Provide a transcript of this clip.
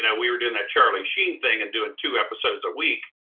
and we were doing that charlie sheen thing and doing two episodes a week.